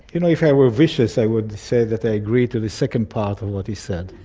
you know, if i were vicious i would say that i agree to the second part of what he said.